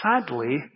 sadly